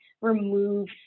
remove